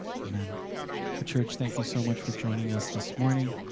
amen. well church, thank you so much for joining us this morning.